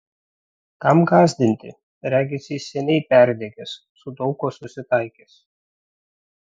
kam gąsdinti regis jis seniai perdegęs su daug kuo susitaikęs